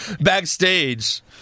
backstage